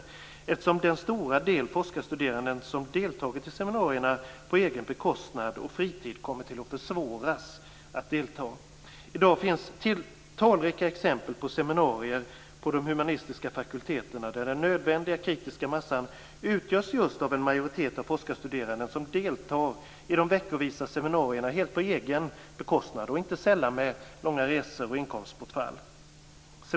Deltagandet för den stora del av de forskarstuderande som deltagit i seminarierna på egen bekostnad och på fritid kommer att försvåras. Det finns för närvarande talrika exempel på att den nödvändiga kritiska massan vid seminarier på de humanistiska fakulteterna utgörs av en majoritet av forskarstuderande som deltar i de veckovisa seminarierna helt på egen bekostnad, inte sällan med långa resor och inkomstbortfall.